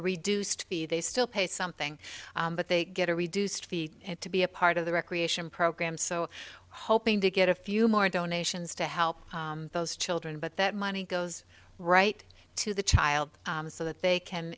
reduced fee they still pay something but they get a reduced fee to be a part of the recreation program so hoping to get a few more donations to help those children but that money goes right to the child so that they can